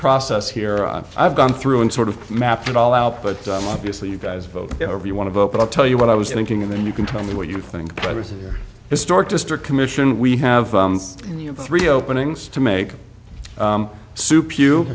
process here i've i've gone through and sort of mapped it all out but obviously you guys vote or you want to vote but i'll tell you what i was thinking and then you can tell me what you think but this is historic district commission we have three openings to make soup you